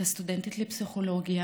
היא הייתה סטודנטית לפסיכולוגיה,